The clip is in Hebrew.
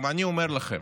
אני אומר לכם,